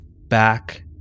back